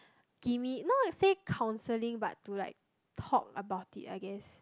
give me not to say counselling but to like talk about I guess